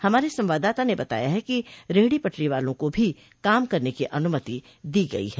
हमारे संवाददाता ने बताया है कि रेहडी पटरी वालों को भी काम करने की अनुमति दी गई है